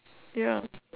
ya